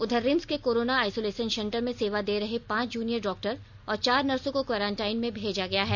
उधर रिम्स के corona isolation centre में सेवा दे रहे पांच जुनियन डॉक्टर और चार नर्सों को क्वारेंटाइन में भेजा गया है